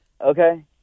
okay